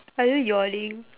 are you yawning